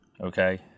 okay